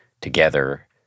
together